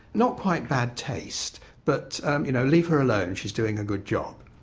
not quite bad taste, but um you know leave her alone, she's doing a good job,